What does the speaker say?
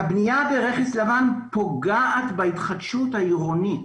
הבנייה ברכס לבן פוגעת בהתחדשות העירונית